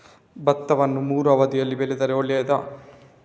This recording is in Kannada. ಭತ್ತವನ್ನು ಮೂರೂ ಅವಧಿಯಲ್ಲಿ ಬೆಳೆದರೆ ಒಳ್ಳೆಯದಾ?